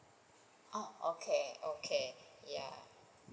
ah okay okay ya